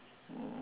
oh